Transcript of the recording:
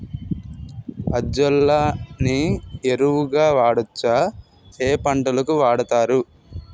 Azolla ని ఎరువు గా వాడొచ్చా? ఏ పంటలకు వాడతారు?